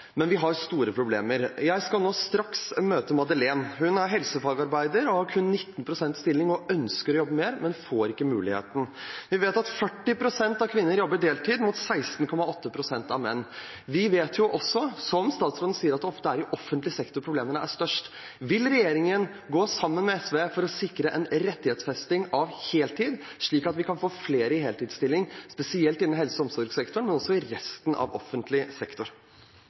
Men vi har store problemer. Jeg skal nå straks møte Madeleine. Hun er helsefagarbeider, har kun 19 pst. stilling og ønsker å jobbe mer, men får ikke muligheten. Vi vet at 40 pst. av kvinner jobber deltid, mot 16,8 pst. av menn. Vi vet også – som statsråden sier – at det ofte er i offentlig sektor problemene er størst. Vil regjeringen gå sammen med SV for å sikre en rettighetsfesting av heltid, slik at vi kan få flere i heltidsstilling, spesielt innen helse- og omsorgssektoren, men også i resten av offentlig sektor?